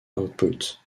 output